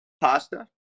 pasta